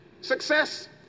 success